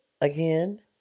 Again